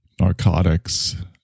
Narcotics